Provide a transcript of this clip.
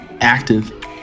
active